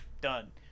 done